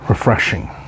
Refreshing